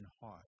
heart